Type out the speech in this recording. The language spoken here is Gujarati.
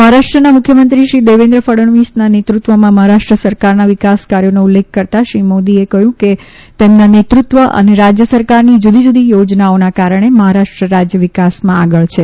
મહારાષ્ટ્રના મુખ્યમંત્રી શ્રી દેવેન્દ્ર ફડણવીશના નેતૃત્વમાં મહારાષ્ટ્ર સરકારના વિકાસ કાર્યોને ઉલ્લેખ કરતાં શ્રી નરેન્દ્ર મોદીએ કહ્યું કે તેમના નેતૃત્વ અને રાજ્ય સરકારની જુદી જુદી યોજનાઓના કારણે મહારાષ્ટ્ર રાજ્ય વિકાસમાં આગળ છે